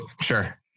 Sure